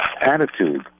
attitude